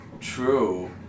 True